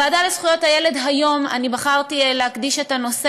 את ישיבת הוועדה לזכויות הילד היום בחרתי להקדיש לנושא